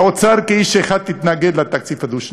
האוצר כאיש אחד התנגד לתקציב הדו-שנתי,